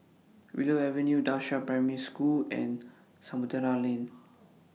Willow Avenue DA Qiao Primary School and Samudera Lane